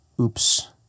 oops